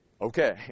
Okay